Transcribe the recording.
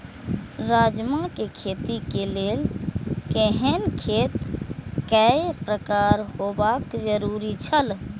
राजमा के खेती के लेल केहेन खेत केय प्रकार होबाक जरुरी छल?